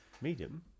Medium